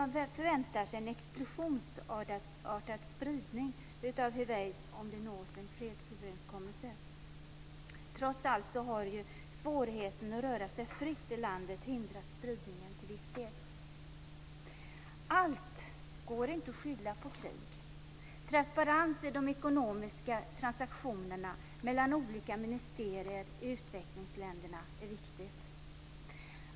Man väntar sig en explosionsartad spridning av hiv/aids om det nås en fredsöverenskommelse. Trots allt har svårigheten att röra sig fritt i landet till viss del hindrat spridningen. Allt går inte att skylla på krig. Transparens i de ekonomiska transaktionerna mellan olika ministerier i utvecklingsländerna är viktigt.